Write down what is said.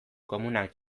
komunak